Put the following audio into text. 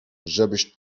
żebyś